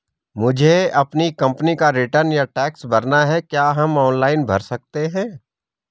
मुझे अपनी कंपनी का रिटर्न या टैक्स भरना है क्या हम ऑनलाइन भर सकते हैं?